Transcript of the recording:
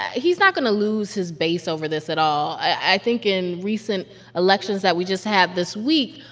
he's not going to lose his base over this at all. i think in recent elections that we just had this week,